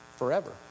forever